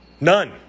None